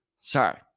sorry